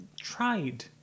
tried